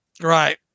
Right